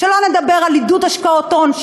שלא לדבר על עידוד השקעות הון,